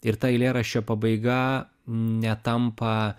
ir ta eilėraščio pabaiga netampa